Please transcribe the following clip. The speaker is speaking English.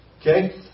okay